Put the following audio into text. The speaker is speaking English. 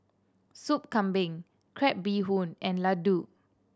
Sup Kambing crab bee hoon and laddu